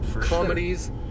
Comedies